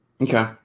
Okay